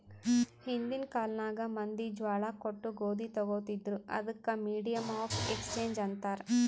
ಹಿಂದಿನ್ ಕಾಲ್ನಾಗ್ ಮಂದಿ ಜ್ವಾಳಾ ಕೊಟ್ಟು ಗೋದಿ ತೊಗೋತಿದ್ರು, ಅದಕ್ ಮೀಡಿಯಮ್ ಆಫ್ ಎಕ್ಸ್ಚೇಂಜ್ ಅಂತಾರ್